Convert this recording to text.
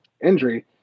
injury